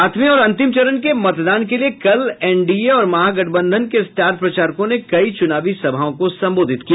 सातवें और अंतिम चरण के मतदान के लिए कल एनडीए और महागठबंधन के स्टार प्रचारकों ने कई चुनावी सभाओं को संबोधित किया